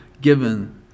given